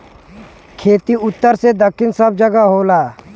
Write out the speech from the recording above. खेती उत्तर से दक्खिन सब जगह होला